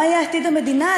מה יהיה עתיד המדינה,